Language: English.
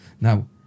Now